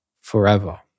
forever